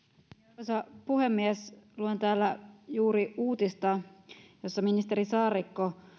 arvoisa puhemies luen täällä juuri uutista jossa ministeri saarikko